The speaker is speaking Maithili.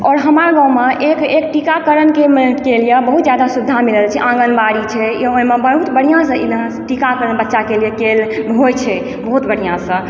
आओर हमार गाँवमे एक एक टीकाकरणके लिए बहुत जादा सुबिधा मिलल छै आँगनबाड़ी छै ई ओहिमे बहुत बढ़िऑंसँ ई टीकाकरण बच्चाके लिए होइ छै बहुत बढ़िऑंसँ